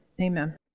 amen